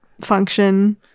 function